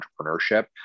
entrepreneurship